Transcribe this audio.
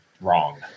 wrong